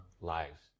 lives